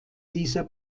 dieser